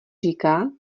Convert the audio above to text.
říká